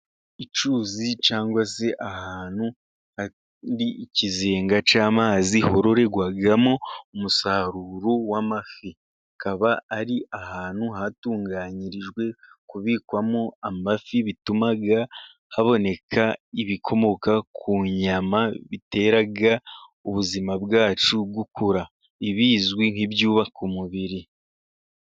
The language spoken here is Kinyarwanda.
Icyuzi cyangwa se ahantu ikizinga cy'amazi hururirwamo umusaruro w'amafi. Akaba ari ahantu hatunganyirijwe kubikwamo amafi, bituma haboneka ibikomoka ku nyama bitera ubuzima bwacu gukura bizwi nk'ibyubaka umubiri.